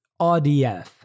RDF